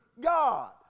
God